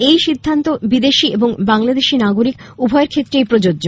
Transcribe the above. এই সিদ্ধান্ত বিদেশী এবং বাংলাদেশী নাগরিক উভয়ের ক্ষেত্রেই প্রযোজ্য